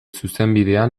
zuzenbidean